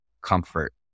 comfort